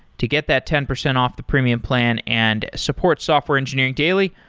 to get that ten percent off the premium plan and support software engineering daily,